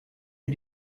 est